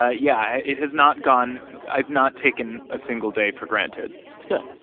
ah yeah, it has not gone i've not taken a single day for granted good.